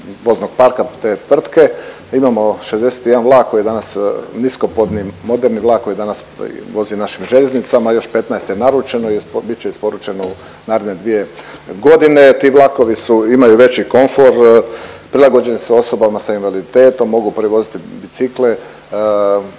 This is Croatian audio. voznog parka te tvrtke. Imamo 61 vlak koji je danas niskopodni moderni vlak koji danas vozi našim željeznicama, još 15 je naručeno i bit će isporučeno u naredne 2.g.. Ti vlakovi su, imaju veći komfor, prilagođeni su osobama sa invaliditetom, mogu prevoziti bicikle,